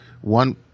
one